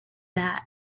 that